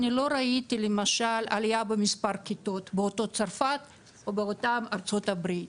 אני לא ראיתי למשל עלייה במספר כיתות באותה צרפת או באותן ארצות הברית.